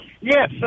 Yes